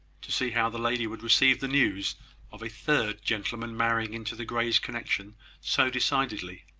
to see how the lady would receive the news of a third gentleman marrying into the greys' connection so decidedly.